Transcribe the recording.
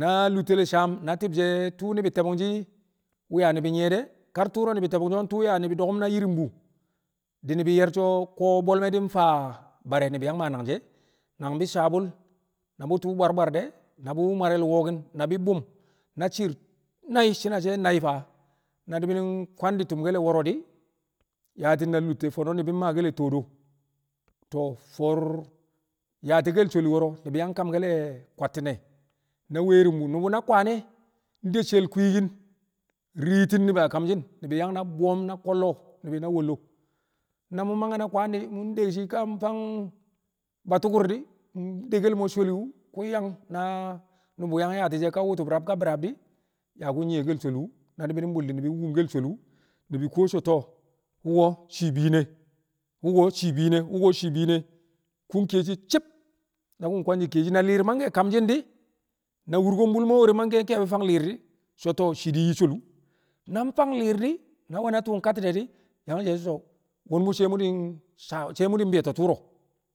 na lu̱tte̱ le̱ saam na ti̱bshe̱ tụu̱ ni̱bi̱ te̱mbu̱ngshi̱ wu̱ yaa ni̱bi̱ nyi̱ye̱ de̱ kar tu̱ro̱ ni̱bi̱ te̱mbu̱ngshi̱ wu̱ tụu̱ yaa ni̱bi̱ do̱ku̱m na yi̱ri̱mbu̱ di̱ ni̱bi̱ ye̱r so̱ ko̱ bwe̱l me̱ di̱ faa bare̱ wu̱ ni̱bi̱ yang maa nangji̱ e̱ nang bi sabu̱l na bi tu̱u̱ bwar bwar de̱ na bi mware̱l wo̱ki̱n bi bu̱m na shi̱i̱r nai̱ shi̱ne̱ she̱ nai̱ tọo̱ na ni̱bi̱ di̱ kwandi̱ tu̱mke̱l wo̱ro̱ di̱ yaati̱n na lu̱tte̱. Fo̱no̱ ni̱bi̱ maake̱l toodo to̱o̱ fọo̱r yaati̱ke̱l sholi wo̱ro̱ ni̱bi̱ yang kamke̱l kwatti̱ne̱ na weringbu nu̱bu̱ na kwaan ne̱ nde she̱l kwiikkin riitin ni̱bi̱ a kamshi̱n ni̱bi̱ yang na boom na kollo ni̱bi̱ na wollo na mu̱ mangke̱ na kwaan di̱ mu̱ de shi̱ ka mfang batu̱ku̱r di̱ ndekkel mo̱ sholi wu̱ kụ yang na nu̱bu̱ yang yaati̱ shi̱ ka wu̱tu̱b rab ka bi̱raab di̱ a ku̱ nyi̱ye̱ke̱l sholi wu̱. Na ni̱bi̱ mbul di̱ ni̱bi̱ wu̱bke̱l sholi wu̱ ni̱bi̱ kuwo so̱ to̱o̱ wu̱ko̱ shii bi̱i̱ne̱ wu̱ko̱ shii bi̱i̱ne̱ wuko shii bi̱i̱ne̱ ku̱ kiye̱ ci̱b na ku̱ kwandɪ kiyeshi̱ na li̱i̱r mangke̱ a kamshi̱n di̱, Na wurkonbul mo̱ we̱re̱ mangke̱ ke̱e̱bɪ fang li̱i̱r di̱ so̱ to̱o̱ shii di̱ yi sholi wu̱ nang fang li̱i̱r di̱ na we̱na tu̱u̱ nkati̱ de̱ di̱ yang ye̱ shi̱ so̱ wo̱m mu̱ sai mu̱ di̱ sawe̱ be̱e̱to̱ tu̱ro̱.